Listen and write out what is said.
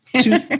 two